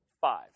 five